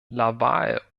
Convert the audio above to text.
laval